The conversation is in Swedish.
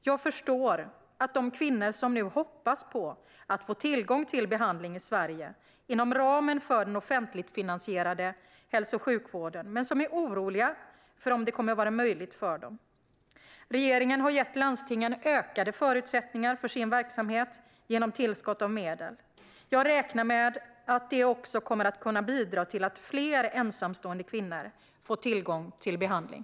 Jag förstår de kvinnor som nu hoppas på att få tillgång till behandling i Sverige inom ramen för den offentligt finansierade hälso och sjukvården, men som är oroliga för om det kommer att vara möjligt för dem. Regeringen har gett landstingen ökade förutsättningar för sin verksamhet genom tillskott av medel. Jag räknar med att det också kommer att kunna bidra till att fler ensamstående kvinnor får tillgång till behandling.